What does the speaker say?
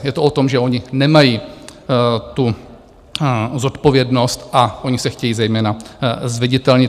Je to o tom, že oni nemají tu zodpovědnost a oni se chtějí zejména zviditelnit.